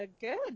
Good